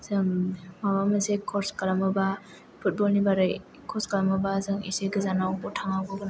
जों माबा मोनसे कर्स खालामोब्ला फुटबलनि बारै जों कर्स खालामोब्ला जों एसे गोजानावबो थांनांगौ गोनां जायो